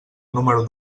número